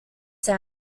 sound